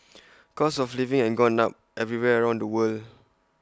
costs of living have gone up everywhere around the world